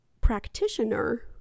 practitioner